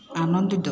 ସାତ